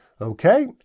Okay